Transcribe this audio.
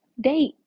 date